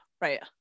right